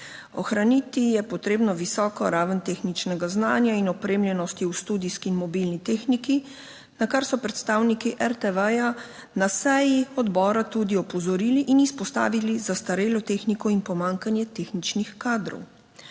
Ohraniti je potrebno visoko raven tehničnega znanja in opremljenosti v studijski in mobilni tehniki, na kar so predstavniki RTV na seji odbora tudi opozorili in izpostavili zastarelo tehniko in pomanjkanje tehničnih kadrov.